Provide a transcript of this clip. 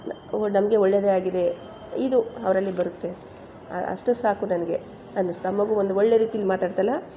ಓ ನಮಗೆ ಒಳ್ಳೆಯದೇ ಆಗಿದೆ ಇದು ಅವರಲ್ಲಿ ಬರುತ್ತೆ ಅಷ್ಟು ಸಾಕು ನನಗೆ ಅನ್ನಿಸ್ತು ಆ ಮಗು ಒಂದು ಒಳ್ಳೆ ರೀತಿಲಿ ಮಾತಾಡ್ತಲ್ಲ